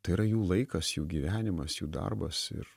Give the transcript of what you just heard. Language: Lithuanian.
tai yra jų laikas jų gyvenimas jų darbas ir